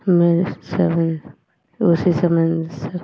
मेरी उसी समन